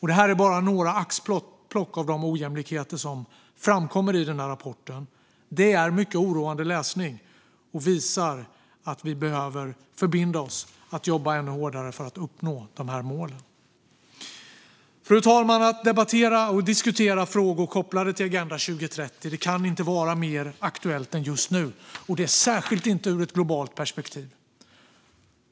Det här är bara ett axplock av de ojämlikheter som framkommer i rapporten. Det är mycket oroande läsning som visar att vi behöver förbinda oss att jobba ännu hårdare för att nå målen. Fru talman! Att debattera och diskutera frågor kopplade till Agenda 2030 kan inte vara mer aktuellt, särskilt inte ur ett globalt perspektiv.